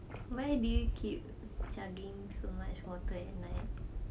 why do you keep chugging so much water ya